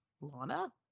Lana